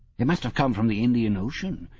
it must have come from the indian ocean.